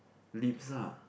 lips ah